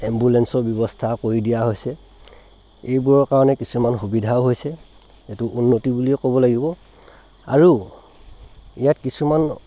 এম্বুলেঞ্চৰ ব্যৱস্থা কৰি দিয়া হৈছে এইবোৰৰ কাৰণে কিছুমান সুবিধাও হৈছে সেইটো উন্নতি বুলিয়েই ক'ব লাগিব আৰু ইয়াৰ কিছুমান